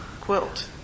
quilt